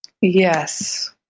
Yes